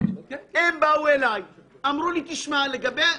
הם באו אלי ואמרו לי תראה,